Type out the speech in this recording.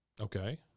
okay